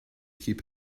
keep